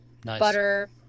butter